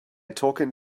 talking